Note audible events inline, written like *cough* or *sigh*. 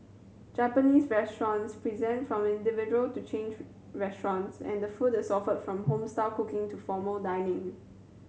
Japanese restaurants present from individual to chain *unintelligible* restaurants and the food is offered from home style cooking to formal dining